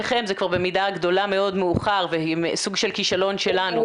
של כישלון שלנו,